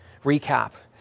recap